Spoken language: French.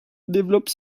développe